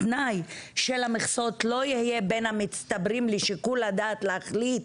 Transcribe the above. התנאי של המכסות לא יהיה בין המצטברים לשיקול הדעת להחליט